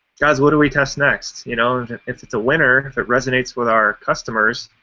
guys, what do we test next? you know if it's a winner, if it resonates with our customers,